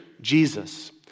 Jesus